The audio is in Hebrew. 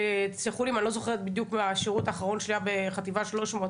תסלחו לי אם אני לא זוכרת בדיוק; השירות האחרון שלי היה בחטיבה 300,